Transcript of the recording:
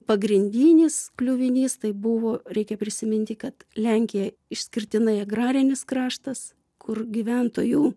pagrindinis kliuvinys tai buvo reikia prisiminti kad lenkija išskirtinai agrarinis kraštas kur gyventojų